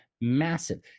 massive